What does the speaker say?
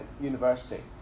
University